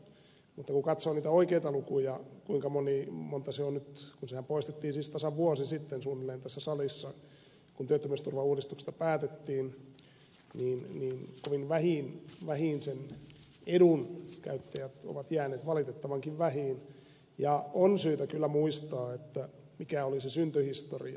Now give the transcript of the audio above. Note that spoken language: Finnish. mutta kun katsoo niitä oikeita lukuja kuinka paljon se on nyt sehän poistettiin siis tässä salissa tasan vuosi sitten suunnilleen kun työttömyysturvauudistuksesta päätettiin niin kovin vähiin sen edun käyttäjät ovat jääneet valitettavankin vähiin ja on syytä kyllä muistaa mikä oli se syntyhistoria